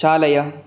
चालय